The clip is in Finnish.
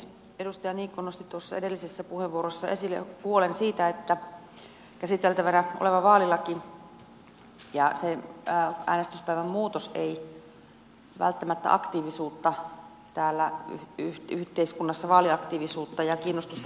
edustaja niikko nosti edellisessä puheenvuorossa esille huolen siitä että käsiteltävänä oleva vaalilaki ja se äänestyspäivän muutos ei välttämättä vaaliaktiivisuutta täällä yhteiskunnassa ja kiinnostusta vaaleihin lisää